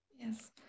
Yes